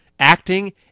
acting